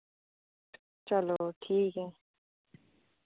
चलो ठीक ऐ